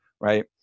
Right